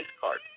card